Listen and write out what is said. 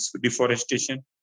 deforestation